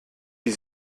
die